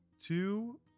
two